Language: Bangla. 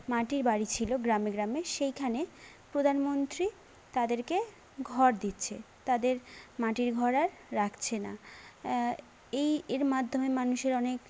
মাটির বাড়ি ছিল গ্রামে গ্রামে সেইখানে প্রধানমন্ত্রী তাদেরকে ঘর দিচ্ছে তাদের মাটির ঘর আর রাখছে না এই এর মাধ্যমে মানুষের অনেক